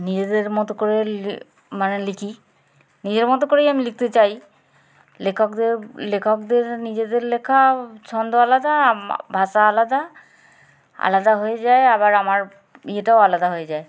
নিজেদের মতো করে মানে লিখি নিজের মতো করেই আমি লিখতে চাই লেখকদের লেখকদের নিজেদের লেখা ছন্দ আলাদা ভাষা আলাদা আলাদা হয়ে যায় আবার আমার ইয়েটাও আলাদা হয়ে যায়